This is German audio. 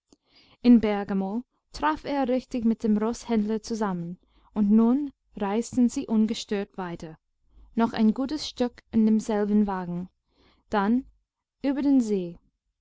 in bergamo traf er richtig mit dem roßhändler zusammen und nun reisten sie ungestört weiter noch ein gutes stück in demselben wagen dann über den see